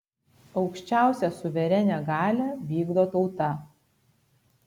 aukščiausią suverenią galią vykdo tauta